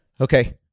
Okay